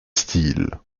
steel